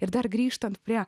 ir dar grįžtant prie